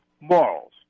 morals